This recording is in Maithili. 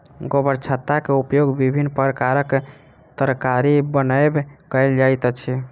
गोबरछत्ता के उपयोग विभिन्न प्रकारक तरकारी बनबय कयल जाइत अछि